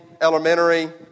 Elementary